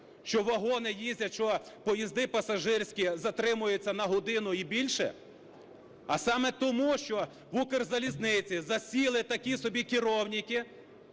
що вагони їздять, що поїзди пасажирські затримуються на годину і більше? А саме тому, що в "Укрзалізниці" засіли такі собі керівники,